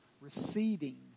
receding